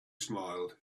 smiled